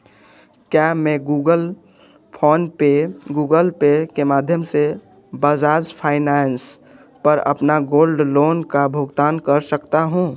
क्या मैं Google PhonePe Google Pay के माध्यम से बजाज फाइनेंस पर अपने गोल्ड लोन का भुगतान कर सकता हूँ